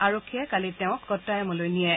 আৰক্ষীয়ে কালি তেওঁক কট্টায়মলৈ নিয়ে